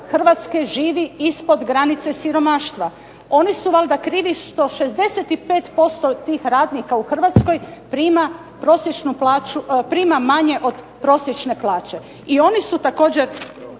Hrvatske živi ispod granice siromaštva, oni su valjda krivi što 65% tih radnika u Hrvatskoj prima prosječnu plaću, prima manje od prosječne plaće. I oni su također